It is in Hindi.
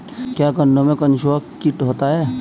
क्या गन्नों में कंसुआ कीट होता है?